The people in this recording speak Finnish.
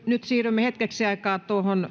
nyt siirrymme hetkeksi aikaa